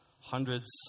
hundreds